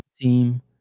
team